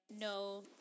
no